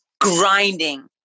grinding